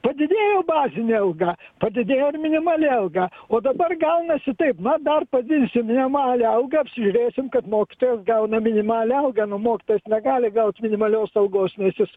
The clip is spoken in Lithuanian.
padidėjo bazinė alga padidėjo ir minimali alga o dabar gaunasi taip va dar padidinsim minimalią algą apsižiūrėsim kad mokytojas gauna minimalią algą nu mokytojas negali gaut minimalios algos nes jis